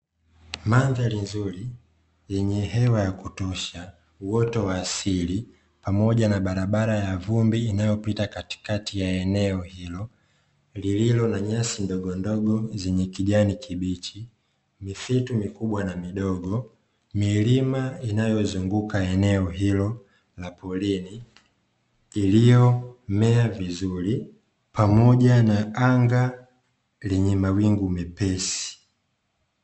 Mandhari nzuri yenye hewa ya kutosha, uoto wa asili pamoja na barabara ya vumbi inayopita katikati ya eneo hilo, lililo na nyasi ndogondogo zenye kijani kibichi, misitu mikubwa na midogo milima inayozunguka eneo hilo la porini, iliyomea vizuri pamoja na anga lenye mawingu mepesi.